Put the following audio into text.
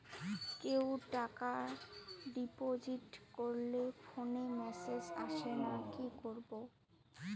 কেউ টাকা ডিপোজিট করলে ফোনে মেসেজ আসেনা কি করবো?